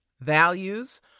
values